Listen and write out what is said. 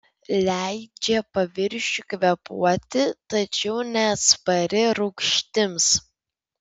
leidžia paviršiui kvėpuoti tačiau neatspari rūgštims